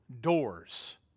doors